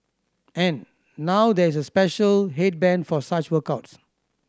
and now there is a special headband for such workouts